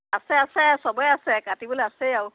আছে আছে চবেই আছে কাটিবলৈ আছেই আৰু